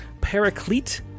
Paraclete